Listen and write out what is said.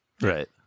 Right